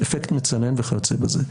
אפקט מצנן וכיוצא בזה.